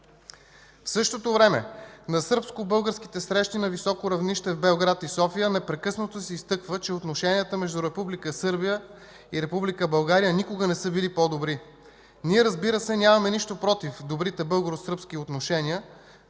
В същото време на сръбско-българските срещи на високо равнище в Белград и София непрекъснато се изтъква, че отношенията между Република България и Република Сърбия никога не са били по-добри. Ние, разбира се, нямаме нищо против добрите българо-сръбски отношения,